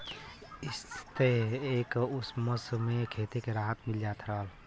इह्से एक मउसम मे खेतो के राहत मिल जात रहल